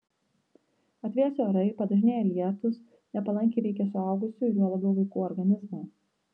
atvėsę orai padažnėję lietūs nepalankiai veikia suaugusiųjų ir juo labiau vaikų organizmą